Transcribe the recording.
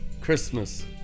Christmas